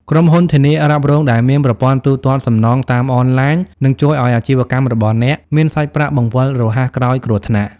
ក្រុមហ៊ុនធានារ៉ាប់រងដែលមាន ប្រព័ន្ធទូទាត់សំណងតាមអនឡាញ នឹងជួយឱ្យអាជីវកម្មរបស់អ្នកមានសាច់ប្រាក់បង្វិលរហ័សក្រោយគ្រោះថ្នាក់។